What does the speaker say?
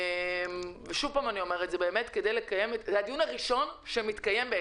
שוב אני אומרת, זה הדיון הראשון שמתקיים.